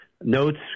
notes